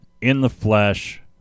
in-the-flesh